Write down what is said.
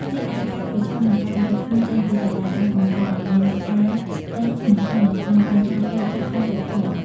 រីឯ ការប្រឈមនឹងការដកឈ្មោះចេញពីសាលា អាចបង្កឲ្យមានការស្ត្រេសធ្ងន់ធ្ងរ និងបញ្ហាផ្លូវចិត្តថែមទៀតផង។